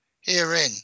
Herein